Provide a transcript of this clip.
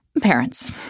Parents